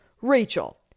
Rachel